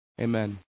amen